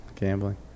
gambling